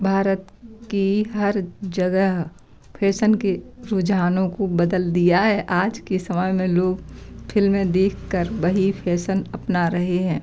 भारत की हर जगह फ़ैसन के रुझानों को बदल दिया है आज के समाज में लोग फिल्में देख कर वही फ़ैसन अपना रहे हैं